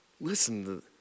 listen